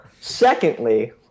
Secondly